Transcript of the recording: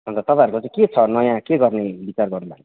अन्त तपाईँहरूको चाहिँ के छ नयाँ के गर्ने बिचार गर्नु भएको छ